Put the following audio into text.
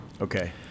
okay